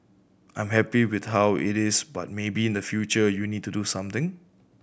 I'm happy with how it is but maybe in the future you need to do something